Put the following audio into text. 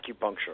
acupuncture